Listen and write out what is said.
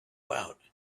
out